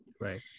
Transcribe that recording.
Right